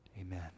Amen